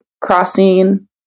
crossing